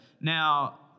Now